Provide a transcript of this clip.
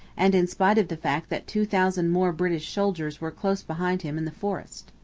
and in spite of the fact that two thousand more british soldiers were close behind him in the forest.